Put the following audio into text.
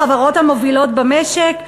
בחברות המובילות במשק?